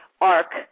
arc